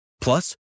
Plus